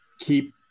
keep